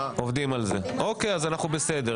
עובדים על זה אוקי, אז אנחנו בסדר.